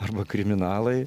arba kriminalai